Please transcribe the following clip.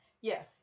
Yes